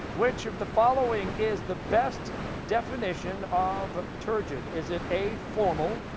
which of the following is the best definition of turgid? is it a, formal,